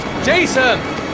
Jason